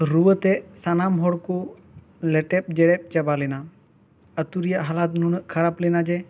ᱨᱩᱣᱟᱹ ᱛᱮ ᱥᱟᱱᱟᱢ ᱦᱚᱲ ᱠᱚ ᱞᱮᱴᱮᱵ ᱡᱮᱲᱮᱵ ᱪᱟᱵᱟ ᱞᱮᱱᱟ ᱟᱛᱳ ᱨᱮᱭᱟᱜ ᱦᱟᱞᱟᱛ ᱱᱩᱱᱟᱹᱜ ᱠᱷᱟᱨᱟᱵ ᱞᱮᱱᱟ ᱡᱮ